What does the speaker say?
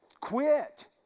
Quit